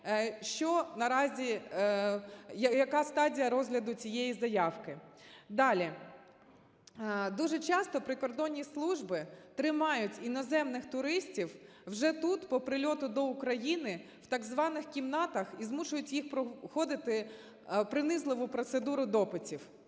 яка стадія розгляду цієї заявки. Далі. Дуже часто прикордонні служби тримають іноземних туристів вже тут по прильоту до України в так званих кімнатах і змушують їх проходити принизливу процедуру допитів.